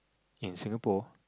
in Singapore